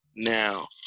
Now